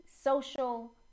social